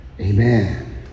Amen